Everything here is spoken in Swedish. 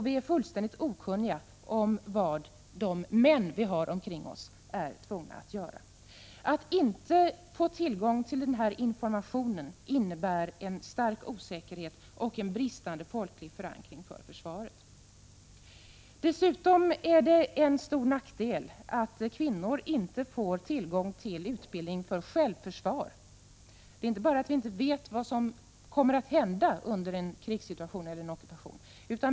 Vi är fullständigt okunniga om vad de män som vi har omkring oss är tvungna att göra. Att inte få tillgång till information innebär en stark osäkerhet och en bristande folklig förankring inom försvaret. Dessutom är det en stor nackdel att kvinnor inte får tillgång till utbildning för självförsvar. Det är inte bara att de inte vet vad som kommer att hända under en krigssituation eller en ockupation.